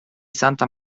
santa